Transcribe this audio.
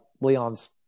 leon's